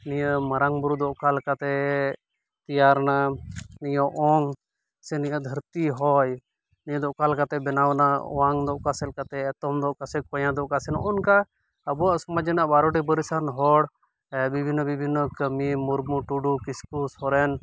ᱱᱤᱭᱟᱹ ᱢᱟᱨᱟᱝ ᱵᱩᱨᱩ ᱫᱚ ᱚᱠᱟ ᱞᱮᱠᱟᱛᱮ ᱛᱮᱭᱟᱨᱱᱟ ᱱᱤᱭᱟᱹ ᱚᱝ ᱥᱮ ᱱᱤᱭᱟᱹ ᱫᱷᱟᱹᱨᱛᱤ ᱦᱚᱭ ᱱᱤᱭᱟᱹ ᱫᱚ ᱚᱠᱟ ᱞᱮᱠᱟᱛᱮ ᱵᱮᱱᱟᱣ ᱮᱱᱟ ᱚᱣᱟᱝ ᱫᱚ ᱚᱠᱟᱥᱮᱫ ᱞᱮᱠᱟᱛᱮ ᱮᱛᱚᱢ ᱫᱚ ᱚᱠᱟᱥᱮᱫ ᱠᱚᱸᱭᱮ ᱫᱚ ᱚᱠᱟᱥᱮᱱ ᱱᱚᱜᱚᱭ ᱱᱚᱝᱠᱟ ᱟᱵᱩᱣᱟᱜ ᱥᱚᱢᱟᱡᱽ ᱨᱮᱱᱟ ᱵᱟᱨᱳᱴᱤ ᱯᱟᱹᱨᱤᱥᱟᱱ ᱦᱚᱲ ᱵᱤᱵᱷᱤᱱᱱᱱᱚ ᱵᱤᱵᱷᱤᱱᱱᱚ ᱠᱟᱹᱢᱤ ᱢᱩᱨᱢᱩ ᱴᱩᱰᱩ ᱠᱤᱥᱠᱩ ᱥᱚᱨᱮᱱ